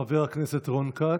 חבר הכנסת רון כץ.